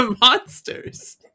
monsters